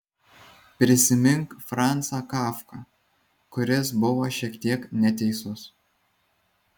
prisimink francą kafką kuris buvo šiek tiek neteisus